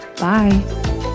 bye